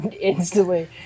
instantly